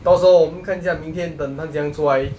到时候我们看一下明天等他怎样出来